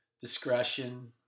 discretion